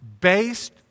based